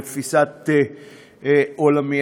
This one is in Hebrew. לתפיסת עולמי,